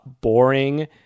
boring